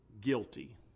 guilty